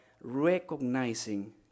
recognizing